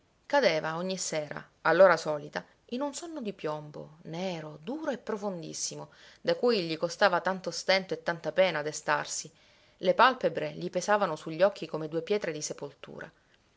cadeva ogni sera all'ora solita in un sonno di piombo nero duro e profondissimo da cui gli costava tanto stento e tanta pena destarsi le palpebre gli pesavano su gli occhi come due pietre di sepoltura